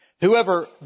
Whoever